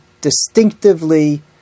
distinctively